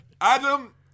Adam